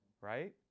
right